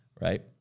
right